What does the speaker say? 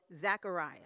Zechariah